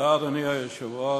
אדוני היושב-ראש,